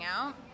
out